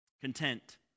Content